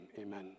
amen